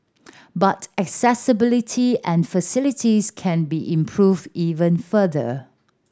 but accessibility and facilities can be improved even further